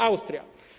Austria.